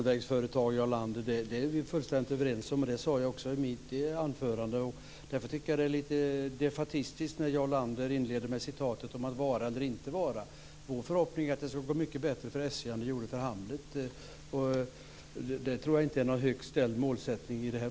Fru talman! Vi är fullständigt överens om att SJ är ett bra järnvägsföretag, vilket jag också sade i mitt anförande. Därför tycker jag att det är lite defaitistiskt när Jarl Lander inleder med citatet om att vara eller icke vara. Vår förhoppning är att det ska gå mycket bättre för SJ än vad det gjorde för Hamlet, och det tror jag inte är någon högt ställd målsättning.